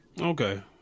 Okay